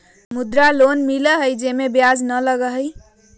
मुद्रा लोन मिलहई जे में ब्याज न लगहई?